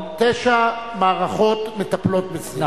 תשע מערכות מטפלות בזה,